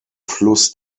fluss